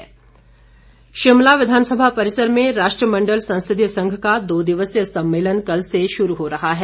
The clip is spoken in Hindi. संसदीय संघ शिमला विधानसभा परिसर में राष्ट्रमंडल संसदीय संघ का दो दिवसीय सम्मेलन कल से शुरू हो रहा है